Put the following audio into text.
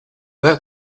that